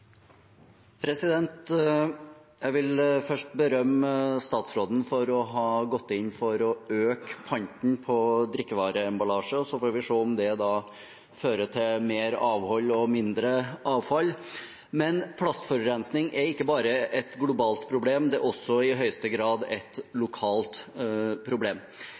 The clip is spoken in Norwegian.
Jeg vil først berømme statsråden for å ha gått inn for å øke panten på drikkevareemballasje, og så får vi se om det fører til mer avhold og mindre avfall. Plastforurensing er ikke bare et globalt problem, det er i høyeste grad også et lokalt problem.